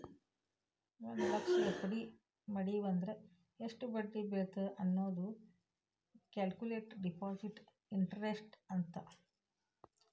ಒಂದ್ ಲಕ್ಷ ಎಫ್.ಡಿ ಮಡಿವಂದ್ರ ಎಷ್ಟ್ ಬಡ್ಡಿ ಬೇಳತ್ತ ಅನ್ನೋದ ಕ್ಯಾಲ್ಕುಲೆಟ್ ಡೆಪಾಸಿಟ್ ಇಂಟರೆಸ್ಟ್ ಅಂತ